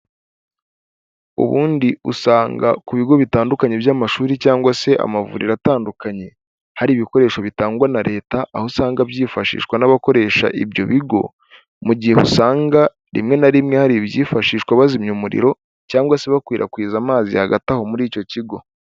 Ubundi usanga ku bigo bitandukanye by'amashuri cyangwa se amavuriro atandukanye, hari ibikoresho bitangwa na leta, aho usanga byifashishwa n'abakoresha ibyo bigo, mu gihe usanga rimwe na rimwe hari ibyifashishwa bazimya umuriro, cyangwa se bakwirakwiza amazi hagati aho muri icyo kigo.